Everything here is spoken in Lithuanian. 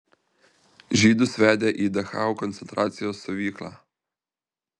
žydus vedė į dachau koncentracijos stovyklą